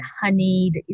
honeyed